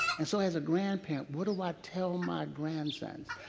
and so as a grandparent, what do i tell my grandsons?